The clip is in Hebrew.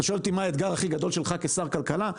אתה שואל אותי מה אתגר הכי גדול שלך כשר הכלכלה?